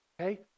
Okay